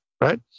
Right